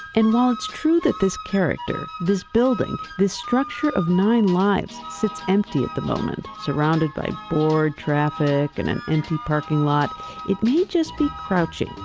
and while it's true that this character, this building, the structure of nine lives sits empty at the moment surrounded by board, traffic and an empty parking lot it may just be crouching,